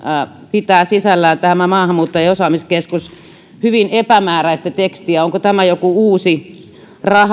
pitää sisällään tämä maahanmuuttajien osaamiskeskus hyvin epämääräistä tekstiä onko tämä joku uusi